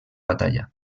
batalla